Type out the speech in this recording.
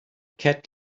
cat